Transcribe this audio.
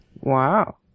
Wow